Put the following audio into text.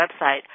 website